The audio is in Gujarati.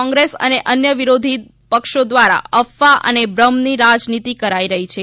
કૉગ્રેસ અને અન્ય વિરોધી પક્ષો દ્વારા અફવા અને ભ્રમની રાજનીતિ કરાઈ રહી છે